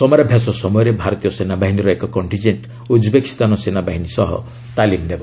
ସମରାଭ୍ୟାସ ସମୟରେ ଭାରତୀୟ ସେନାବାହିନୀର ଏକ କଣ୍ଟିଜେଣ୍ଟ୍ ଉଜ୍ବେକିସ୍ତାନ ସେନାବାହିନୀ ସହ ତାଲିମ୍ ନେବ